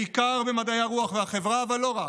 בעיקר במדעי הרוח והחברה, אבל לא רק.